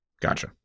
Gotcha